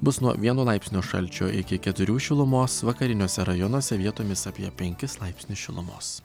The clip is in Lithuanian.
bus nuo vieno laipsnio šalčio iki keturių šilumos vakariniuose rajonuose vietomis apie penkis laipsnius šilumos